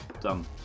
done